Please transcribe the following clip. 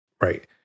Right